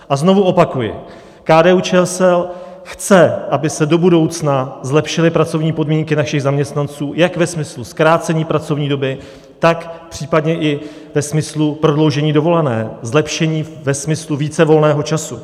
A znovu opakuji, KDUČSL chce, aby se do budoucna zlepšily pracovní podmínky našich zaměstnanců jak ve smyslu zkrácení pracovní doby, tak případně i ve smyslu prodloužení dovolené, zlepšení ve smyslu více volného času.